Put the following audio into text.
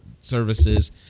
services